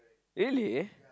really